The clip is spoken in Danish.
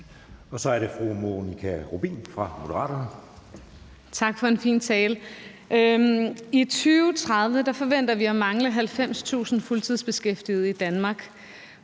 Kl. 13:16 Monika Rubin (M): Tak for en fin tale. I 2030 forventer vi at mangle 90.000 fuldtidsbeskæftigede i Danmark.